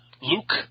Luke